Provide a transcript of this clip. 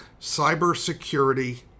cybersecurity